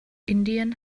indien